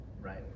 right